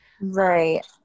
Right